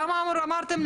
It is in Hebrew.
כמה אמרתם?